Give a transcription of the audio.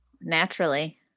naturally